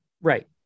Right